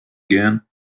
again